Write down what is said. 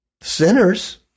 Sinners